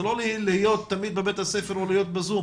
זה לא תמיד להיות בבית הספר או בזום,